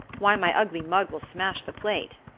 why, my ugly mug will smash the plate!